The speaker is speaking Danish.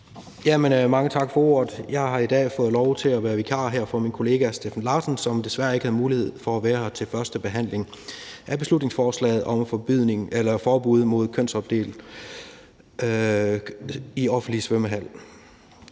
Jeg har i dag fået lov til at være vikar for min kollega Steffen Larsen, som desværre ikke havde mulighed for at være her til førstebehandlingen af beslutningsforslaget om forbud mod kønsopdeling i offentlige svømmehaller.